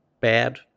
bad